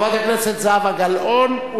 חברת הכנסת זהבה גלאון,